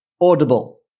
audible